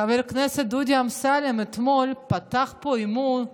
חבר הכנסת דודי אמסלם פתח פה אתמול: